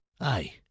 Aye